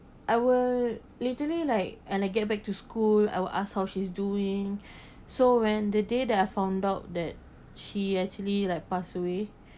I will literally like and I get back to school I will ask how she's doing so when the day that I found out that she actually like pass away